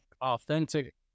authentic